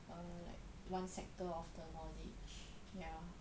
err like one sector of the knowledge ya